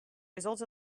results